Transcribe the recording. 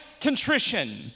contrition